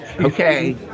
Okay